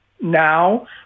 now